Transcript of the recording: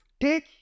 take